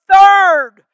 third